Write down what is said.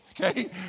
okay